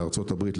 לארצות הברית,